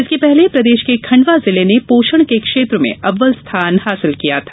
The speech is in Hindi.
इसके पहले प्रदेश के खंडवा जिले ने पोषण के क्षेत्र में अव्वल स्थान हासिल किया था